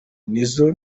nizzo